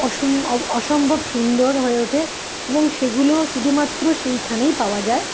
আসুন অসম্ভব সুন্দর হয়ে ওঠে এবং সেগুলো শুধুমাত্র সেইখানেই পাওয়া যায়